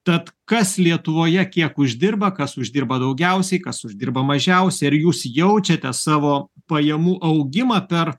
tad kas lietuvoje kiek uždirba kas uždirba daugiausiai kas uždirba mažiausiai ar jūs jaučiate savo pajamų augimą per